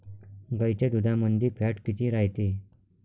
गाईच्या दुधामंदी फॅट किती रायते?